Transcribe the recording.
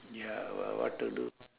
ya well what to do